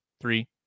Three